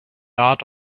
art